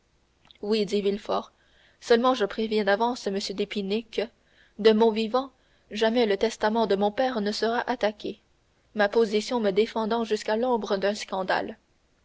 oui dit villefort seulement je préviens d'avance m d'épinay que de mon vivant jamais le testament de mon père ne sera attaqué ma position me défendant jusqu'à l'ombre d'un scandale